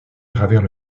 travers